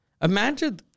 Imagine